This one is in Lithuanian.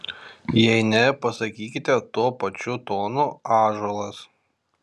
jei ne pasakykite tuo pačiu tonu ąžuolas